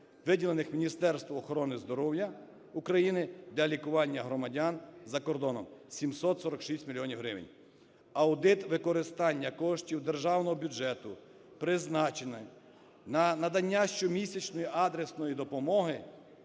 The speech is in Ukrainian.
виділених Міністерству охорони здоров'я України для лікування громадян за кордоном, – 746 мільйонів гривень. Аудит використання коштів державного бюджету, призначених на надання щомісячної адресної допомоги